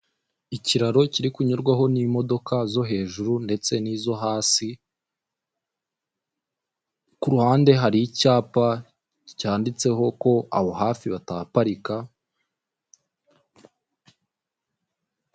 Ikiraro kiri kunyurwaho n'imodoka zo hejuru ndetse nizo hasi, ku ruhande hari icyapa cyanditseho ko aho hafi batahaparika.